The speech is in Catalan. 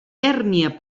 bèrnia